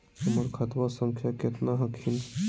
हमर खतवा संख्या केतना हखिन?